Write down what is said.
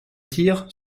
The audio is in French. tir